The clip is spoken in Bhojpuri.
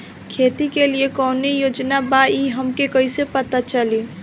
खेती के लिए कौने योजना बा ई हमके कईसे पता चली?